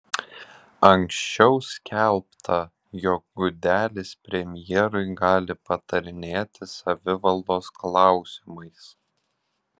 anksčiau skelbta jog gudelis premjerui gali patarinėti savivaldos klausimais